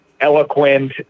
eloquent